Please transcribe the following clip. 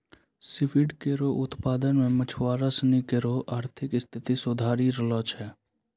C weed केरो उत्पादन सें मछुआरा सिनी केरो आर्थिक स्थिति सुधरी रहलो छै